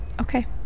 okay